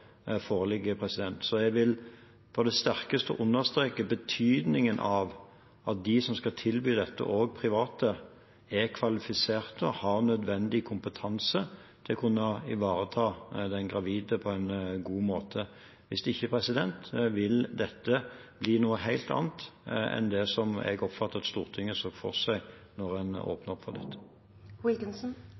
foreligger. Jeg vil på det sterkeste understreke betydningen av at de som skal tilby dette, også private, er kvalifiserte og har nødvendig kompetanse til å kunne ivareta den gravide på en god måte. Hvis ikke vil dette bli noe helt annet enn det jeg oppfatter at Stortinget så for seg da en åpnet opp for